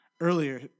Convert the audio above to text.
earlier